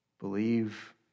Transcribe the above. Believe